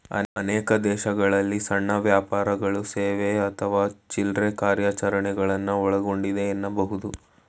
ಅನೇಕ ದೇಶಗಳಲ್ಲಿ ಸಣ್ಣ ವ್ಯಾಪಾರಗಳು ಸೇವೆ ಅಥವಾ ಚಿಲ್ರೆ ಕಾರ್ಯಾಚರಣೆಗಳನ್ನ ಒಳಗೊಂಡಿದೆ ಎನ್ನಬಹುದು